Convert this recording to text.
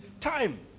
time